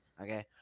Okay